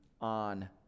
on